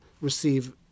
receive